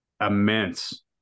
immense